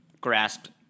grasped